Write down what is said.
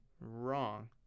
Wrong